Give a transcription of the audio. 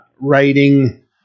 writing